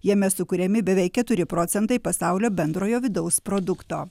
jame sukuriami beveik keturi procentai pasaulio bendrojo vidaus produkto